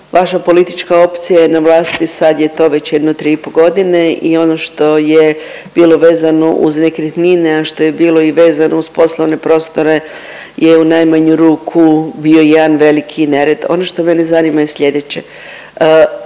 vaša politička opcija je na vlasti sad je to već jedno tri i pol godine i ono što je bilo vezano uz nekretnine, a što je bilo i vezano uz poslovne prostore je u najmanju ruku bio jedan veliki nered. Ono što mene zanima je sljedeće.